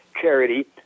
charity